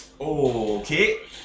Okay